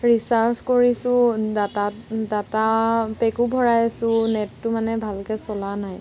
recharge কৰিছোঁ data data পেকো ভৰাইছোঁ নেটটো মানে ভালকৈ চলা নাই